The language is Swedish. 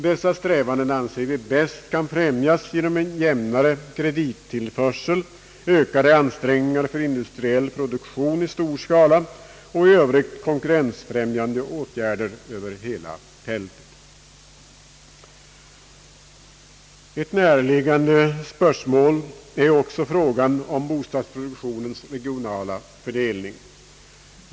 Dessa strävanden anser vi bäst främjas genom en jämnare = kredittillförsel, ökade ansträngningar för industriell produktion i stor skala och i övrigt konkurrensfrämjande åtgärder över hela fältet. Ett närliggande spörsmål är också frågan om bostadsproduktionens regionala fördelning.